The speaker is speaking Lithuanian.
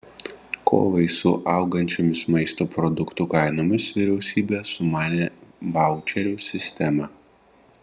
kovai su augančiomis maisto produktų kainomis vyriausybė sumanė vaučerių sistemą